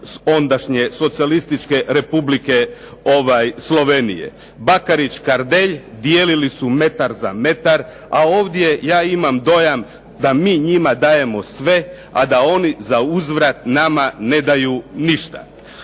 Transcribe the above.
ondašnje socijalističke Republike Slovenije. Bakarić, Kardelj, dijelili su metar za metar, a ovdje ja imam dojam da mi njima dajemo sve, a da oni za uzvrat nama ne daju ništa.